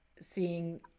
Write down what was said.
seeing